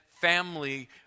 family